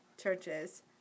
churches